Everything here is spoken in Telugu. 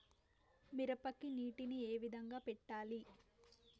మిరపకి నీటిని ఏ విధంగా పెట్టాలి?